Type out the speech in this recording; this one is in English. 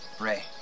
Ray